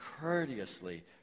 courteously